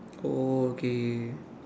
oh okay okay okay